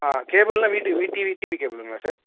ஆ கேபிள்னா வீட்டு TV TV கேபிளுங்களா சார்